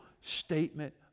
statement